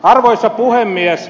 arvoisa puhemies